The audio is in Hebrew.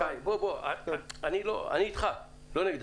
אני איתך, לא נגדך,